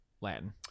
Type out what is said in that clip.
Latin